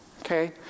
Okay